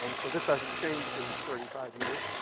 um so this hasn't changed in thirty five years.